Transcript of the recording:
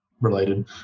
related